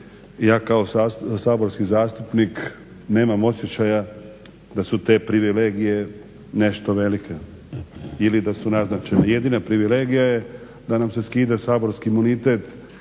Ja kao saborski zastupnik nemam osjećaja da su neke privilegije nešto velike ili da su naznačene. Jedina privilegija je da nam se skida saborski imunitet